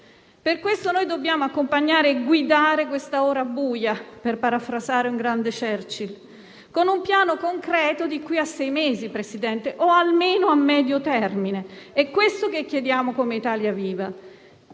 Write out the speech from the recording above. Perciò dobbiamo accompagnare e guidare quest'ora buia - per parafrasare il grande Churchill - con un piano concreto di qui a sei mesi, signor Presidente, o almeno a medio termine. È questo che chiediamo come Italia Viva.